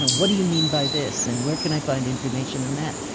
what do you mean by this? and where can i find information on that?